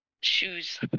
Shoes